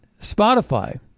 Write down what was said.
Spotify